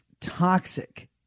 toxic